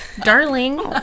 Darling